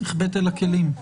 נחבאת אל הכלים.